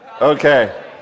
Okay